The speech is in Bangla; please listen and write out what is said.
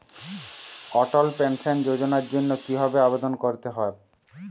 অটল পেনশন যোজনার জন্য কি ভাবে আবেদন করতে হয়?